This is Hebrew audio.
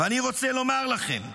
ואני רוצה לומר לכם: